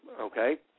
Okay